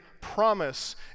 promise